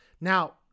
Now